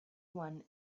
one